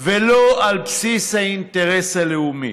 ולא על בסיס האינטרס הלאומי.